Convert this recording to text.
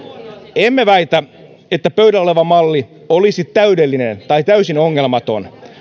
emme väitä että pöydällä oleva malli olisi täydellinen tai täysin ongelmaton